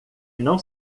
não